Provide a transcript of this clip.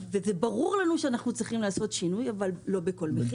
ברור לנו שצריך לעשות שינוי, אבל לא בכל מחיר.